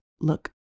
look